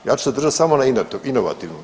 Ja ću se držati samo na inovativnom.